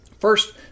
First